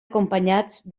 acompanyats